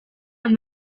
and